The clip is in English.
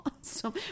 awesome